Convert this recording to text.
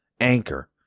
Anchor